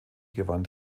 gewann